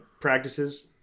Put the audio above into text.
practices